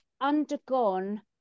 undergone